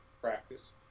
practice